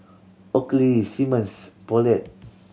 Oakley Simmons Poulet